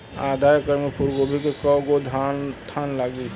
आधा एकड़ में फूलगोभी के कव गो थान लागी?